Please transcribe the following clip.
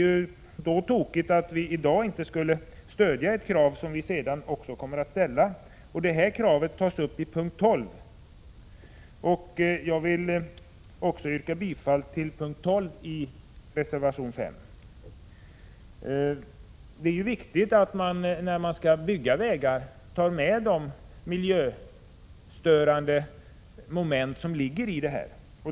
Det är då tokigt att vi i dag inte skulle stödja det krav som vi sedan kommer att resa. Kravet tas upp under mom. 12, och jag vill därför yrka bifall till reservation 5 i fråga om mom. 12. Det är viktigt att man vid byggande av vägar tar med de miljöstörande moment som ligger häri.